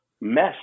mess